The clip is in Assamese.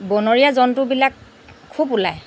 বনৰীয়া জন্তুবিলাক খুব ওলায়